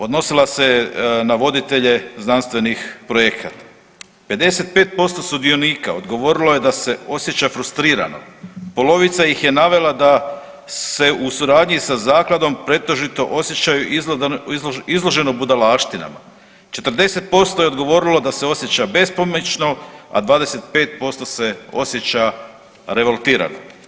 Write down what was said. Odnosila se je na voditelje znanstvenih projekata, 55% sudionika odgovorilo je da se osjeća frustrirano, polovica ih je navela da se u suradnji sa zakladom pretežito osjećaju izloženo budalaštinama, 40% je odgovorilo da se osjeća bespomoćno, a 25% se osjeća revoltirano.